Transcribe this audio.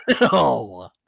No